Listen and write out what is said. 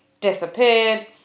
disappeared